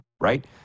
right